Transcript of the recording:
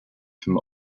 from